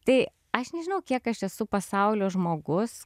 tai aš nežinau kiek aš esu pasaulio žmogus